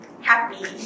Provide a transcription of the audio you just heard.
happy